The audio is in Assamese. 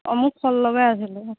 অঁ মোক ফল লগা আছিলে